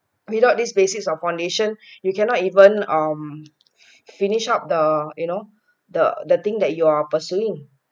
without these basics or foundation you cannot even um finish up the you know the the thing that you're pursuing